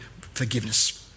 forgiveness